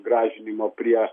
gražinimo prie